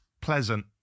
Pleasant